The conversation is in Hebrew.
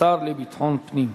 השר לביטחון פנים.